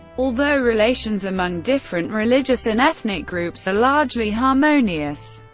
although relations among different religious and ethnic groups are largely harmonious,